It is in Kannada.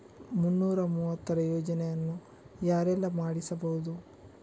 ಮುನ್ನೂರ ಮೂವತ್ತರ ಯೋಜನೆಯನ್ನು ಯಾರೆಲ್ಲ ಮಾಡಿಸಬಹುದು?